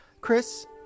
Chris